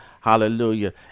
hallelujah